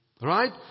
Right